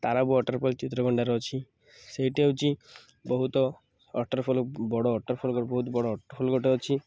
ତାର ୱାଟର୍ ଫଲ୍ ଚିତ୍ରକଣ୍ଡାର ଅଛି ସେଇଟିି ହେଉଛି ବହୁତ ୱାଟର୍ ଫଲ୍ ବଡ଼ ୱାଟର୍ ଫଲ୍ ଗଟେ ବହୁତ ବଡ଼ ୱାଟର୍ ଫଲ୍ ଗଟେ ଅଛି